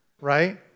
right